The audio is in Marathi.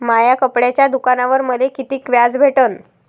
माया कपड्याच्या दुकानावर मले कितीक व्याज भेटन?